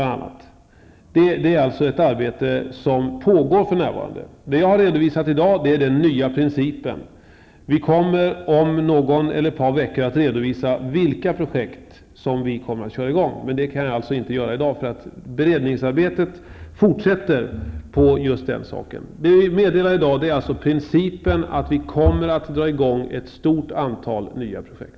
Det är alltså ett arbete som pågår för närvarande. I dag har jag redovisat den nya principen. Om någon eller några veckor kommer vi att redovisa vilka projekt som vi kommer att köra i gång. Det kan jag alltså inte göra i dag, eftersom beredningsarbetet fortsätter. I dag meddelar vi principen att vi kommer att dra i gång ett stort antal nya projekt.